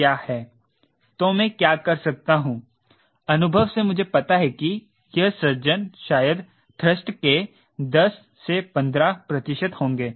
तो मैं क्या करता हूं अनुभव से मुझे पता है कि यह सज्जन शायद थ्रस्ट के 10 से 15 प्रतिशत होंगे